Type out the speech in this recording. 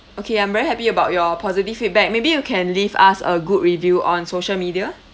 okay I'm very happy about your positive feedback maybe you can leave us a good review on social media